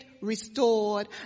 restored